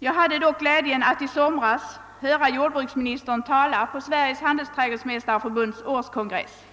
Jag hade i somras glädjen att höra jordbruksministern tala på Sveriges handelsträdgårdsmästareförbunds årskongress.